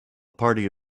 party